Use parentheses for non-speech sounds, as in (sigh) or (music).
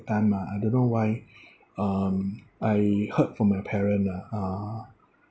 time ah I don't why (breath) um I heard from my parent ah uh